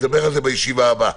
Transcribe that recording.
נדבר על זה בישיבה הבאה.